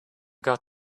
got